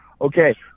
Okay